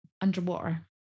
underwater